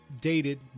dated